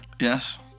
Yes